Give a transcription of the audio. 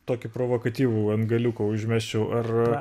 tokį provakatyvų antgaliuką užmesčiau ar